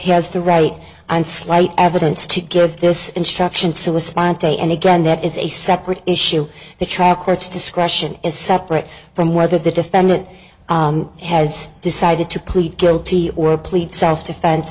has the right on slight evidence to give this instruction and again that is a separate issue the trial court's discretion is separate from whether the defendant has decided to plead guilty or plead self defense